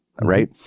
right